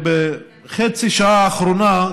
בחצי השעה האחרונה,